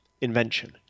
invention